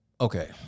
Okay